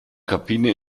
kabine